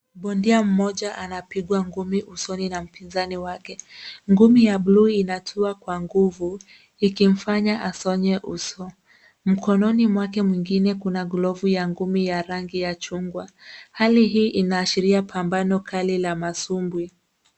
Bondia mmoja anapigwa ngumi usoni na mpizani wake. Ngumi ya bluu inatua kwa nguvu ikimfanya aswanye uso. Mkononi mwake mwingine kuna glavu ya ngumi ya rangi ya chungwa. Hali hii inaashiria pambano kali la masumbwi.